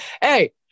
hey